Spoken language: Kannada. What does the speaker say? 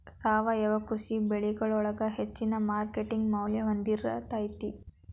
ಸಾವಯವ ಕೃಷಿ ಬೆಳಿಗೊಳ ಹೆಚ್ಚಿನ ಮಾರ್ಕೇಟ್ ಮೌಲ್ಯ ಹೊಂದಿರತೈತಿ